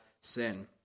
Sin